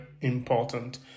important